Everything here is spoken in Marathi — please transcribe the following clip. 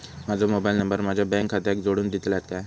माजो मोबाईल नंबर माझ्या बँक खात्याक जोडून दितल्यात काय?